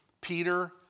Peter